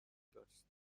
داشت